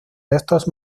restos